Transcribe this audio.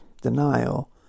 denial